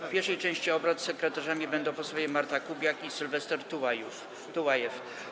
W pierwszej części obrad sekretarzami będą posłowie Marta Kubiak i Sylwester Tułajew.